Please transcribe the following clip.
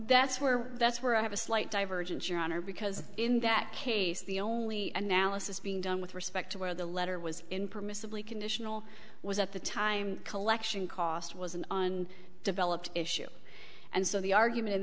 that's where that's where i have a slight divergence your honor because in that case the only analysis being done with respect to where the letter was in permissibly conditional was at the time collection cost was an on developed issue and so the argument in